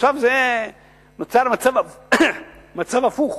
עכשיו נוצר מצב הפוך,